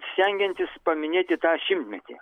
stengiantis paminėti tą šimtmetį